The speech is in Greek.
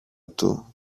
του